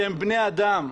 שהם בני אדם.